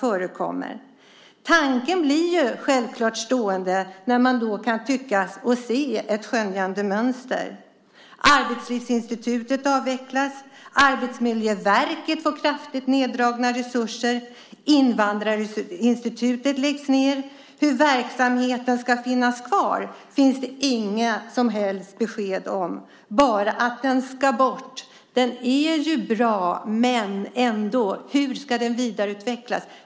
Denna tanke slår en självklart när man tycker sig kunna skönja ett mönster. Arbetslivsinstitutet avvecklas, Arbetsmiljöverket får kraftigt neddragna resurser och Invandrarinstitutet läggs ned. Hur verksamheten ska drivas vidare finns det inga som helst besked om, bara att detta ska bort. Verksamheten är ju bra, men hur ska den vidareutvecklas?